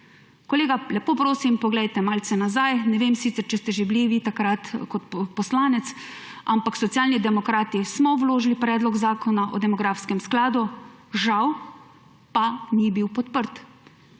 Kolega, lepo prosim, poglejte malce nazaj. Ne vem sicer, če ste že bili vi takrat poslanec, ampak Socialni demokrati smo vložili Predlog zakona o demografskem skladu, žal pa ni bil podprt.